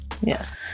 Yes